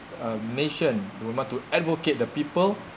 um nation will want to advocate the people